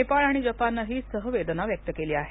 नेपाळ आणि जपानने ही सहवेदना व्यक्त केली आहे